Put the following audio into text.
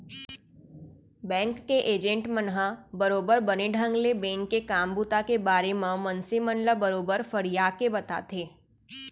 bank के agent मन ह बरोबर बने ढंग ले बेंक के काम बूता के बारे म मनसे मन ल बरोबर फरियाके बताथे